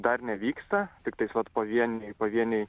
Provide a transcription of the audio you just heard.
dar nevyksta tiktai vat pavieniai pavieniai